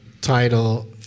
title